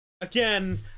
Again